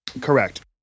Correct